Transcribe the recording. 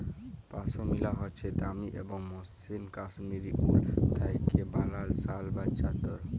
পশমিলা হছে দামি এবং মসৃল কাশ্মীরি উল থ্যাইকে বালাল শাল বা চাদর